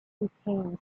became